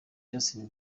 justin